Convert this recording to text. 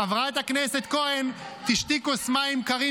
חברת הכנסת כהן, מירב,